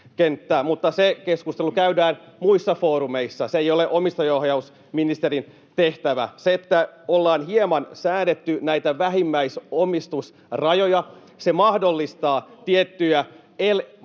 mutta se keskustelu käydään muissa foorumeissa, se ei ole omistajaohjausministerin tehtävä. Se, että ollaan hieman säädetty näitä vähimmäisomistusrajoja, mahdollistaa tiettyjä